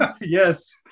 Yes